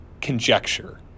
conjecture